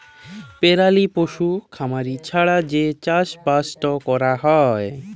পেরালি পশু খামারি ছাড়া যে চাষবাসট ক্যরা হ্যয়